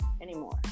anymore